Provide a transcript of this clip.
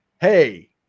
hey